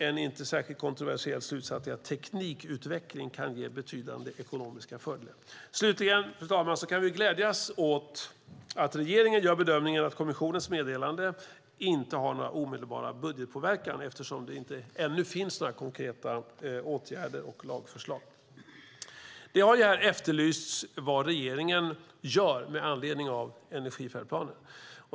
En inte särskilt kontroversiell slutsats är att teknikutveckling kan ge betydande ekonomiska fördelar. Slutligen, fru talman, kan vi glädjas åt att regeringen gör bedömningen att kommissionens meddelande inte har någon omedelbar budgetpåverkan eftersom det ännu inte finns några konkreta åtgärder och lagförslag. Det har här efterlysts vad regeringen gör med anledning av energifärdplanen.